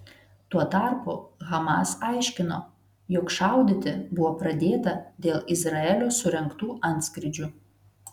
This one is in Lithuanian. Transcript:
tuo tarpu hamas aiškino jog šaudyti buvo pradėta dėl izraelio surengtų antskrydžių